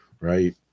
right